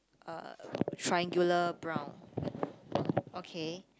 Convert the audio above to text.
uh triangular brown okay